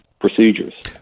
procedures